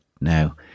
now